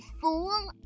fool